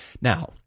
Now